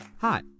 Hi